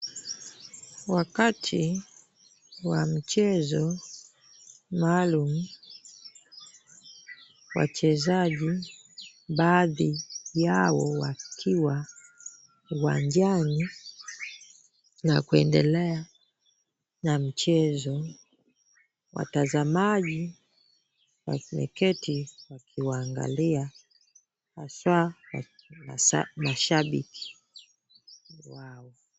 Wakati wa mchezo maalum ,wachezaji baadhi yao wakiwa uwanjani na kuendelea na mchezo. Watazamaji wameketi kuwaangalia haswa mashabiki.